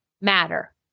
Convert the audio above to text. matter